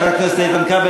חבר הכנסת איתן כבל,